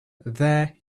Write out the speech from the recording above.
there